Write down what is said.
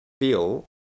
feel